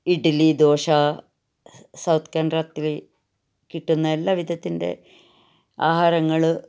ഇഡ്ലി ദോശ കിട്ടുന്ന എല്ലാവിധത്തിൻ്റെ ആഹാരങ്ങൾ